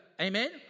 Amen